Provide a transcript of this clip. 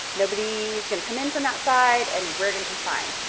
nobody's gonna come in from that side, and we're gonna be fine.